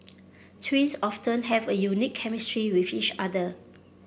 twins often have a unique chemistry with each other